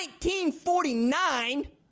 1949